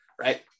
right